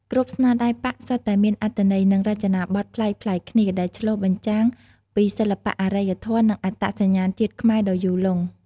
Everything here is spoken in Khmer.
គ្រប់ស្នាដៃប៉ាក់សុទ្ធតែមានអត្ថន័យ និងរចនាបថប្លែកៗគ្នា ដែលឆ្លុះបញ្ចាំងពីសិល្បៈអរិយធម៌ និងអត្តសញ្ញាណជាតិខ្មែរដ៏យូរលង់។